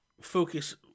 focus